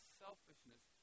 selfishness